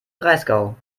breisgau